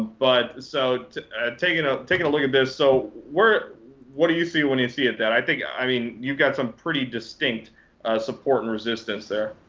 but so taking a taking a look at this, so we're what do you see when you see that? i think, i mean, you've got some pretty distinct support and resistance there.